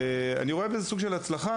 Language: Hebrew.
אני רואה בזה סוג של הצלחה,